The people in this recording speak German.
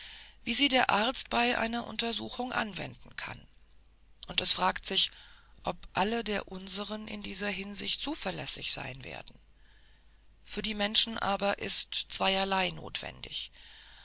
wie sie der arzt bei einer untersuchung anwenden kann und es fragt sich ob alle der unseren in dieser hinsicht zuverlässig sein werden für die menschen aber ist zweierlei notwendig